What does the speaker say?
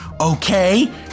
okay